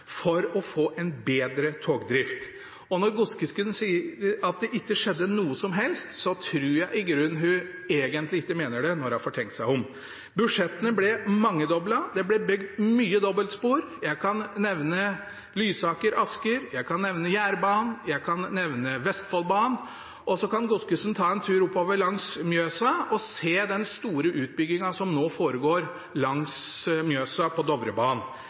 for å få en bedre togdrift. Og når Godskesen sier at det ikke skjedde noe som helst, tror jeg hun egentlig ikke mener det når hun får tenkt seg om. Budsjettene ble mangedoblet, det ble bygd mye dobbeltspor – jeg kan nevne Lysaker–Asker, Jærbanen, Vestfoldbanen, og så kan Godskesen ta en tur oppover langs Mjøsa og se den store utbyggingen som nå foregår langs Mjøsa på Dovrebanen.